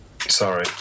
sorry